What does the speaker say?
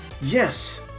Yes